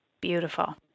Beautiful